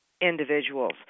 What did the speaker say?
individuals